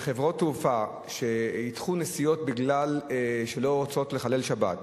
שחברות תעופה שידחו נסיעות בגלל שהן לא רוצות לחלל שבת,